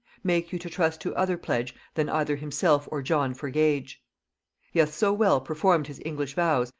make you to trust to other pledge than either himself or john for gage he hath so well performed his english vows,